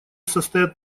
состоят